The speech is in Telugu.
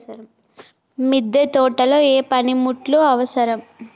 మిద్దె తోటలో ఏ పనిముట్లు అవసరం?